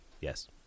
Yes